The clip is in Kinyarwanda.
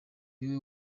niwe